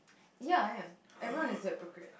ya I am everyone is a hypocrite